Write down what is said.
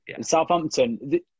Southampton